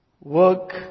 Work